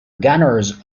gunners